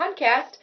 podcast